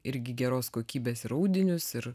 irgi geros kokybės ir audinius ir